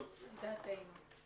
צביקה דן, רלב"ד.